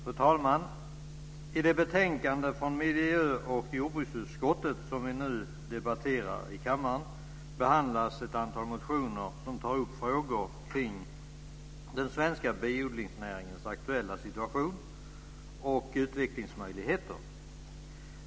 Fru talman! I det betänkande från miljö och jordbruksutskottet som vi nu debatterar i kammaren behandlas ett antal motioner som tar upp frågor kring den svenska biodlingsnäringens aktuella situation och utvecklingsmöjligheter.